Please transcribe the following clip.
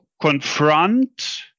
confront